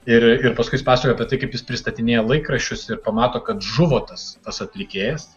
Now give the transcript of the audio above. ir ir paskui jis pasakoja apie tai kaip jis pristatinėja laikraščius ir pamato kad žuvo tas tas atlikėjas